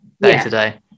day-to-day